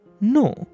No